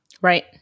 Right